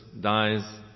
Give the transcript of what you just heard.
dies